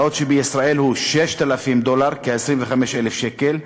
בעוד שבישראל הוא 6,000 דולר, כ-25,000 שקל,